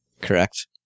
correct